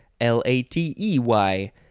L-A-T-E-Y